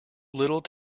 little